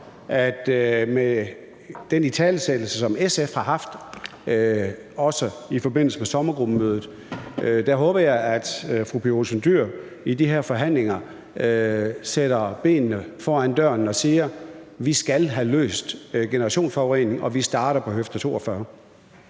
Med den italesættelse, som SF har haft, også i forbindelse med sommergruppemødet, håber jeg, at fru Pia Olsen Dyhr i de her forhandlinger sætter foden i døren og siger, at vi skal have løst generationsforurening, og at vi starter på høfde 42.